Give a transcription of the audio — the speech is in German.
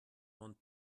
mont